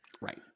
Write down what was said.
Right